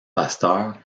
pasteur